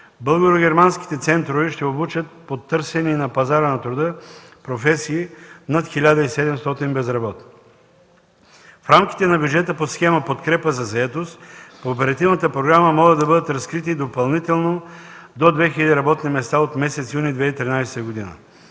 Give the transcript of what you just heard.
Българо-германските центрове ще обучат по търсене на пазара на труда в професии над 1700 безработни. В рамките на бюджета по схема „Подкрепа за заетост” по оперативната програма могат да бъдат разкрити допълнително до 2000 работни места от месец юни 2013 г.